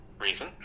reason